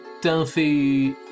Delphi